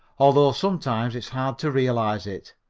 although sometimes it's hard to realize it.